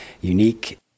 unique